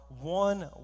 one